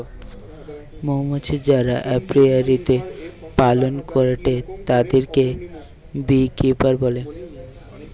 মৌমাছি যারা অপিয়ারীতে পালন করেটে তাদিরকে বী কিপার বলে